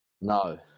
No